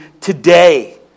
today